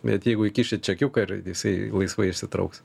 bet jeigu įkišit čekiuką ir jisai laisvai išsitrauks